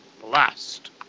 Blast